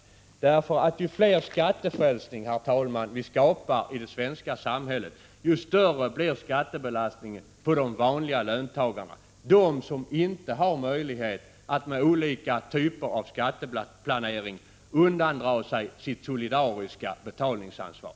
Ju fler skattefrälsen vi skapar i det svenska samhället, desto större blir skattebelastningen på de vanliga löntagarna, de som inte har möjlighet att med skatteplanering av olika slag undandra sig sitt solidariska betalningsansvar.